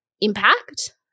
impact